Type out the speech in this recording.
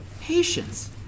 patience